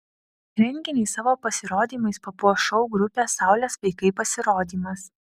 renginį savo pasirodymais papuoš šou grupės saulės vaikai pasirodymas